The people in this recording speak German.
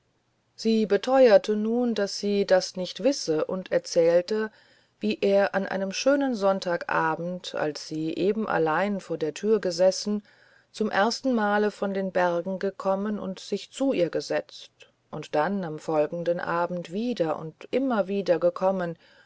sie beteuerte nun daß sie das nicht wisse und erzählte wie er an einem schönen sonntagsabend als sie eben allein vor der tür gesessen zum ersten male von den bergen gekommen und sich zu ihr gesetzt und dann am folgenden abend wieder und immer wieder